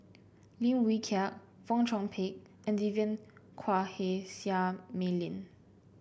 Lim Wee Kiak Fong Chong Pik and Vivien Quahe Seah Mei Lin